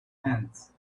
hands